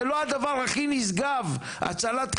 זה לא הדבר הכי נשגב, הצלת חיים?